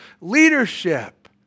leadership